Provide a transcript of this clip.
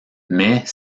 mais